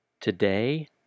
today